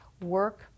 work